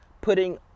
putting